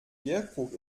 bierkrug